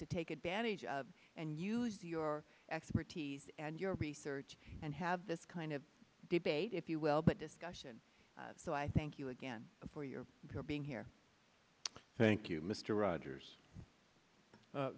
to take advantage and your expertise and your research and have this kind of debate if you will but discussion so i thank you again for your being here thank you mr rogers